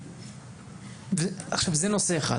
נושא שני